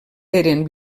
eren